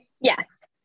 Yes